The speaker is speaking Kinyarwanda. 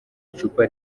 icupa